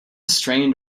strained